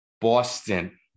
Boston